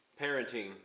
parenting